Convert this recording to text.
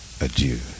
adieu